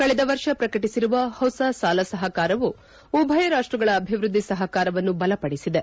ಕಳೆದ ವರ್ಷ ಪ್ರಕಟಿಸಿರುವ ಹೊಸ ಸಾಲ ಸಹಕಾರವು ಉಭಯ ರಾಷ್ಟಗಳ ಅಭಿವೃದ್ದಿ ಸಹಕಾರವನ್ನು ಬಲಪಡಿಸಿದೆ